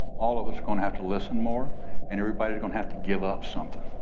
all of us gonna have to listen more and everybody's gonna have to give up something.